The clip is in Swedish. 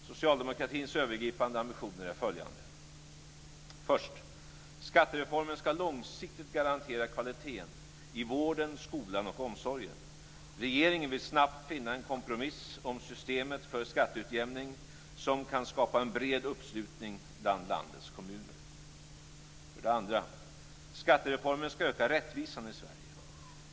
Socialdemokratins övergripande ambitioner är följande: · Skattereformen skall långsiktigt garantera kvaliteten i vården, skolan och omsorgen. Regeringen vill snabbt finna en kompromiss om systemet för skatteutjämning som kan skapa en bred uppslutning bland landets kommuner. · Skattereformen skall öka rättvisan i Sverige.